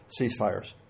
ceasefires